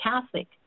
Catholic